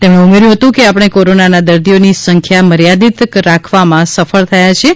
તેમણે ઉમેર્યું હતું કે આપણે કોરોનાના દર્દીઓની સંખ્યા મર્યાદિત રાખવામાં સફળ થયા છીએ